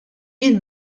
jien